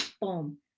boom